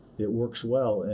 it works well, and